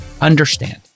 understand